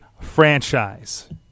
franchise